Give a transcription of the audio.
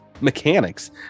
mechanics